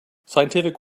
scientific